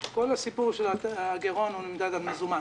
כל הסיפור של הגירעון נמדד על מזומן.